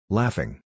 laughing